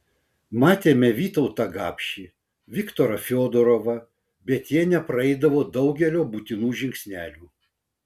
matėme vytautą gapšį viktorą fiodorovą bet jie nepraeidavo daugelio būtinų žingsnelių